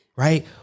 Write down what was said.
Right